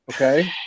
Okay